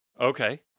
Okay